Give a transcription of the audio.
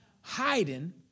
hiding